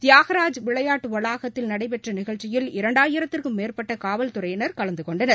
திபாகராஜ் விளையாட்டுவளாகத்தில் நடைபெற்றநிகழ்ச்சியல் இரண்டாயிரத்துக்கும் மேற்பட்டகாவல்துறையினர் கலந்துகொண்டனர்